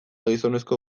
gizonezko